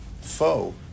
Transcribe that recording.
foe